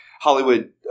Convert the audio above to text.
Hollywood